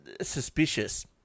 suspicious